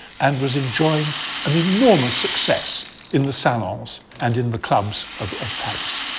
and was enjoying an enormous success in the salons, and in the clubs of of paris.